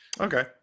Okay